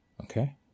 Okay